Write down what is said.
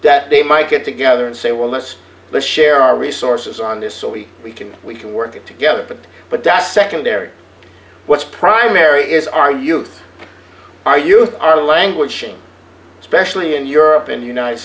that they might get together and say well that's the share our resources on this so we we can we can work it together but but that's secondary what's primary is our youth our youth are languishing especially in europe in the united